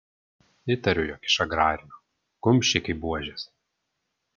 įtariu jog iš agrarinio kumščiai kaip buožės